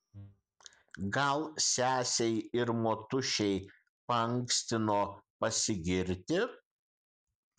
gal sesei ir motušei paankstino pasigirti